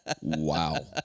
Wow